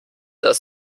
das